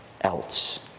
else